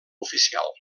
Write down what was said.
oficial